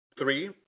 three